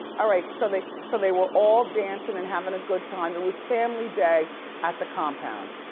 ah right, so they so they were all dancing and having a good time, it was family day at the compound.